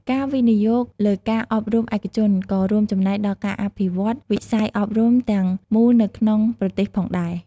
ការវិនិយោគលើការអប់រំឯកជនក៏រួមចំណែកដល់ការអភិវឌ្ឍវិស័យអប់រំទាំងមូលនៅក្នុងប្រទេសផងដែរ។